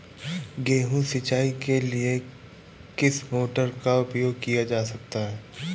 गेहूँ सिंचाई के लिए किस मोटर का उपयोग किया जा सकता है?